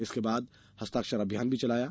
इसके बाद हस्ताक्षर अभियान भी चलाया गया